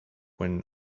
when